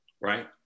right